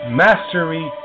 mastery